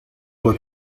were